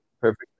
perfect